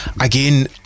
again